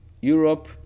Europe